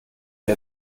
dir